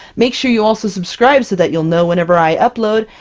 make sure you also subscribe so that you'll know whenever i upload,